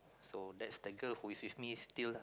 so that's the girl who is with me still lah